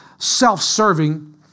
self-serving